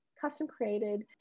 custom-created